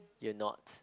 you're not